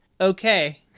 okay